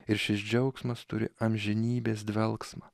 ir šis džiaugsmas turi amžinybės dvelksmą